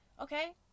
okay